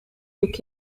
took